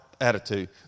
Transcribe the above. attitude